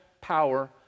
power